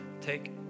take